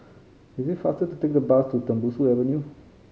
it is faster to take the bus to Tembusu Avenue